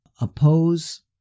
oppose